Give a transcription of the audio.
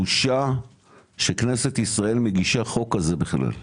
בושה שכנסת ישראל מגישה חוק כזה בכלל,